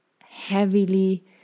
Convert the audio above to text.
heavily